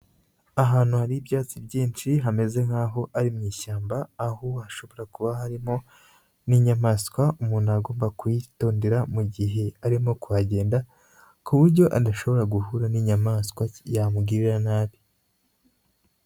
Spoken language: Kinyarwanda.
Ahantu hari ibyatsi byinshi hameze nk'aho ari mu ishyamba, aho hashobora kuba harimo n'inyamaswa, umuntu agomba kuyitondera mu gihe arimo kuhagenda ku buryo adashobora guhura n'inyamaswa yamugirira nabi.